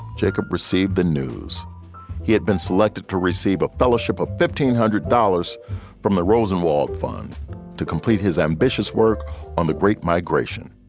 jacob received the news he had been selected to receive a fellowship of fifteen hundred dollars from the rosenwald fund to complete his ambitious work on the great migration